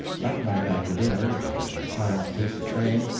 that night after dinner, when it was time to take the train,